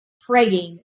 praying